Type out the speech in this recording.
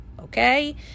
okay